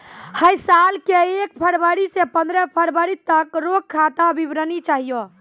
है साल के एक फरवरी से पंद्रह फरवरी तक रो खाता विवरणी चाहियो